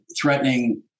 threatening